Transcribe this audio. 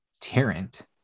Tarrant